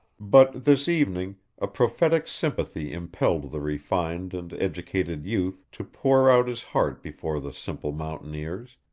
but this evening a prophetic sympathy impelled the refined and educated youth to pour out his heart before the simple mountaineers,